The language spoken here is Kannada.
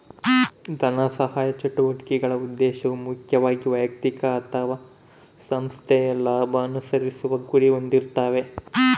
ಧನಸಹಾಯ ಚಟುವಟಿಕೆಗಳ ಉದ್ದೇಶವು ಮುಖ್ಯವಾಗಿ ವೈಯಕ್ತಿಕ ಅಥವಾ ಸಂಸ್ಥೆಯ ಲಾಭ ಅನುಸರಿಸುವ ಗುರಿ ಹೊಂದಿರ್ತಾವೆ